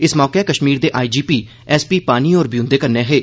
इस मौके कश्मीर दे I G P S P पानी होर बी उंदे कन्नै हे